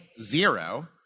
zero